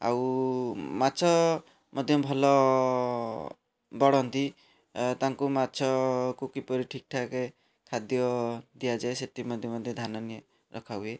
ଆଉ ମାଛ ମଧ୍ୟ ଭଲ ବଢ଼ନ୍ତି ତାଙ୍କୁ ମାଛକୁ କିପରି ଠିକ୍ଠାକ୍ ଖାଦ୍ୟ ଦିଆଯାଏ ସେଥି ମଧ୍ୟ ଧ୍ୟାନ ନିଏ ରଖାହୁଏ